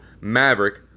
Maverick